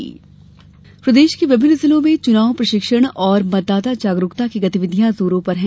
मतदान जागरूकता प्रदेश के विभिन्न जिलों में चुनाव प्रशिक्षण और मतदाता जागरूकता की गतिविधियां जोरों पर है